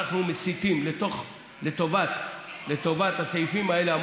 אנחנו מסיטים לטובת הסעיפים האלה,